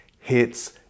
Hits